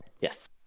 yes